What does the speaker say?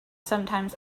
sometimes